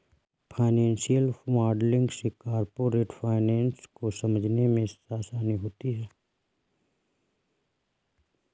financial modelling से corporate finance को समझने में आसानी होती है